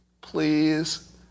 please